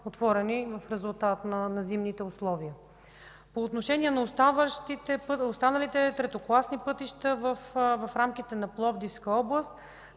условия в края на зимния сезон. По отношение на останалите третокласни пътища в рамките на Пловдивска област,